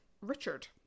Richard